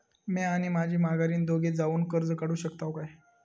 म्या आणि माझी माघारीन दोघे जावून कर्ज काढू शकताव काय?